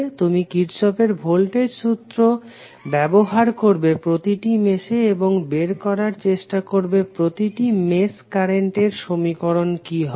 তুমি কির্শফের ভোল্টেজ সূত্র Kirchhoffs voltage law ব্যবহার করবে প্রতিটি মেশে এবং বের করার চেষ্টা করবে প্রতিটি মেশ কারেন্টের সমীকরণ কি হবে